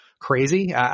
Crazy